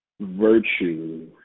virtue